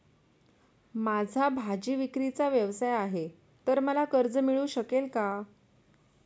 माझा भाजीविक्रीचा व्यवसाय आहे तर मला कर्ज मिळू शकेल का?